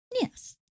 Yes